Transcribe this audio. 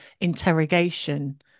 interrogation